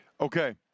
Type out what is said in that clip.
Okay